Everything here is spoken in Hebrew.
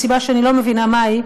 מסיבה שאני לא מבינה מה היא,